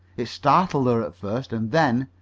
it startled her at first, and then,